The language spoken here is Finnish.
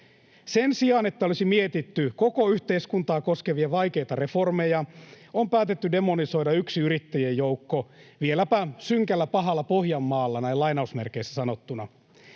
Sen sijaan, että olisi mietitty koko yhteiskuntaa koskevia vaikeita reformeja, on päätetty demonisoida yksi yrittäjien joukko vieläpä ”synkällä, pahalla Pohjanmaalla”. Viimeisen 25 vuoden